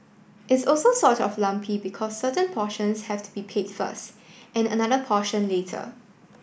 it's also sort of lumpy because certain portions have to be paid first and another portion later